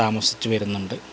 താമസിച്ച് വരുന്നുണ്ട്